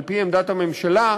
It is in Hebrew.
על-פי עמדת הממשלה,